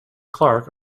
clark